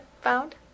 found